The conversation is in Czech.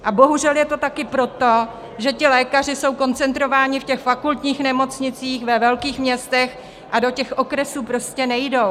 A bohužel je to taky proto, že ti lékaři jsou koncentrováni v těch fakultních nemocnicích ve velkých městech a do těch okresů prostě nejdou.